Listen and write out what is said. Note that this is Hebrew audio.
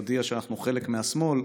הודיע שאנחנו חלק מהשמאל,